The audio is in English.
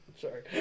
Sorry